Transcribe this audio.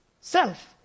self